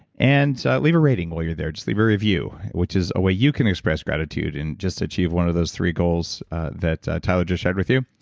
and leave a rating while you're there, just leave a review, which is a way you can express gratitude, and just achieve one of those three goals that tyler just shared with you.